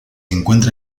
encuentra